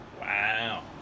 Wow